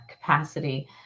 capacity